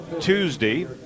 Tuesday